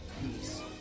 Peace